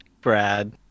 Brad